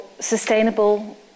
sustainable